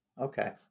Okay